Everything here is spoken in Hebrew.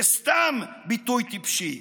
זה סתם ביטוי טיפשי.